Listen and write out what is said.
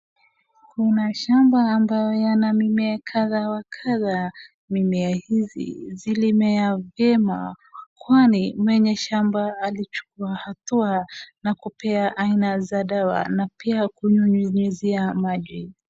Kuna shamba ambayo yana mimea kadha wa kadha. Mimea hizi zilimea vyema kwani mwenye shamba alichukua hatua na kupea aina za dawa na pia kunyunyuzia maji.